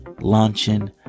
launching